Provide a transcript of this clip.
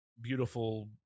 beautiful